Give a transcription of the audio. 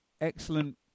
excellent